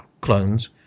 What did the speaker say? clones